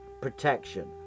protection